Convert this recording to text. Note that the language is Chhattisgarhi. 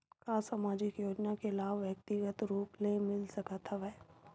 का सामाजिक योजना के लाभ व्यक्तिगत रूप ले मिल सकत हवय?